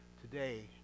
today